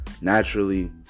naturally